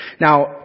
Now